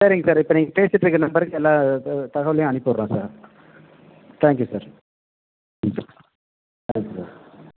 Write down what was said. சரிங்க சார் ப்போ நீங்கள் பேசிகிட்டு இருக்கற நம்பர்ருக்கு எல்லா இது தகவலையும் அனுப்பி விடறேன் சார் தேங்க்யூ சார் ம் தேங்க்யூ சார்